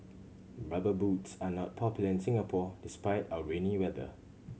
Rubber Boots are not popular in Singapore despite our rainy weather